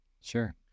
Sure